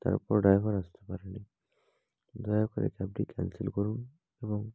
তারপর ড্রাইভার আসতে পারে নি দয়া করে ক্যাবটি ক্যান্সেল করুন এবং